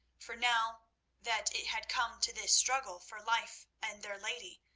for now that it had come to this struggle for life and their lady,